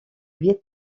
viêt